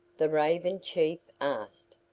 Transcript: the raven chief asked,